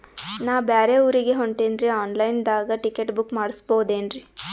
ನಾ ಬ್ಯಾರೆ ಊರಿಗೆ ಹೊಂಟಿನ್ರಿ ಆನ್ ಲೈನ್ ದಾಗ ಟಿಕೆಟ ಬುಕ್ಕ ಮಾಡಸ್ಬೋದೇನ್ರಿ?